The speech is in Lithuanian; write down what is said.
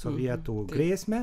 sovietų grėsmę